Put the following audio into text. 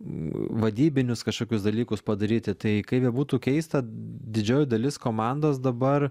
vadybinius kažkokius dalykus padaryti tai kaip bebūtų keista didžioji dalis komandos dabar